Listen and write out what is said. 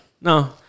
No